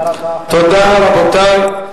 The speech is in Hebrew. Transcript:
תודה, רבותי.